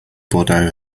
bordeaux